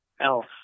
else